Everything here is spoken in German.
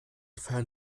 feiern